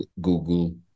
Google